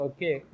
Okay